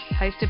hosted